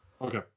Okay